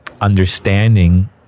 understanding